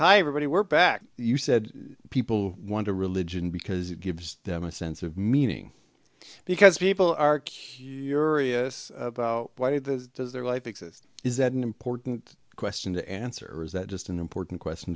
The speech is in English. hi everybody we're back you said people want a religion because it gives them a sense of meaning because people are q why did the their life exist is that an important question to answer or is that just an important question